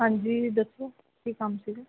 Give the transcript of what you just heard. ਹਾਂਜੀ ਦੱਸੋ ਕੀ ਕੰਮ ਸੀਗਾ